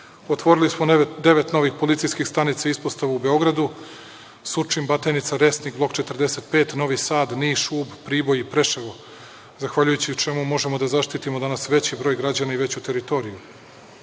Otvorili smo devet novih policijskih stanica, ispostavu u Beogradu, Surčin, Batajnica, Resnik, Blok 45, Novi Sad, Niš, Ub, Priboj, Preševo, zahvaljujući čemu možemo da zaštitimo danas veći broj građana i veću teritoriju. Mi